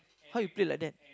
how you play like that